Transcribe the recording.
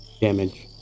damage